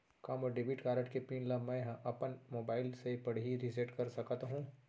का मोर debit card के पिन ल मैं ह अपन मोबाइल से पड़ही रिसेट कर सकत हो?